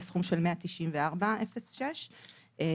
לסכום של 194.06 ₪.